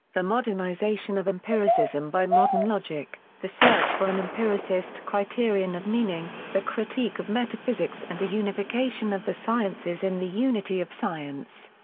the modernization of empiricism by modern logic, the search for an empiricist criterion of meaning, the critique of metaphysics and the unification of the sciences in the unity of science.